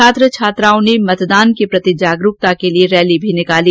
छात्र छात्राओं ने मतदान के प्रति जागरूकता के लिए रैली भी निकाली